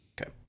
Okay